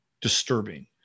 disturbing